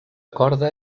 corda